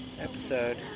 episode